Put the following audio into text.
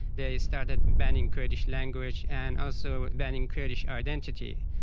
they started banning kurdish language and also banning kurdish identity.